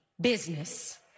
business